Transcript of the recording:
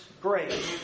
Great